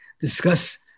discuss